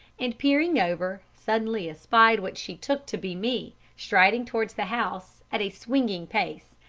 and peering over, suddenly espied what she took to be me, striding towards the house, at a swinging pace,